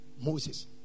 Moses